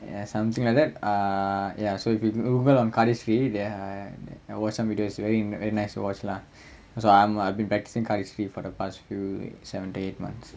ya something like that ah ya so if you Google on cardistry there are I watch some video they are very nice to watch lah so I've been practising cardistry for the past few seven to eight months